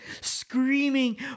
screaming